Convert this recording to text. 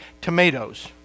tomatoes